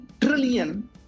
trillion